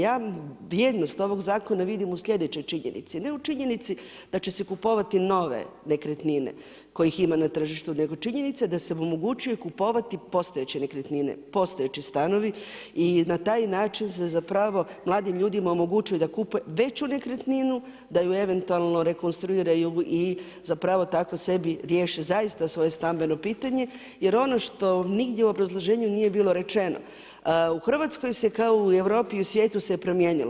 Ja vrijednost ovog zakona vidim u sljedećoj činjenici, ne u činjenici da će se kupovati nove nekretnine kojih ima na tržištu nego činjenica da se omogućuje kupovati postojeće nekretnine, postojeći stanovi i na taj način se mladim ljudima omogućuje da kupe veću nekretninu da ju eventualno rekonstruiraju i tako sebi riješe svoje stambeno pitanje jer ono što nigdje u obrazloženju nije bilo rečeno u Hrvatskoj se kao i u Europi i u svijetu se promijenilo.